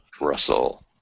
Russell